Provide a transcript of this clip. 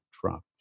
trump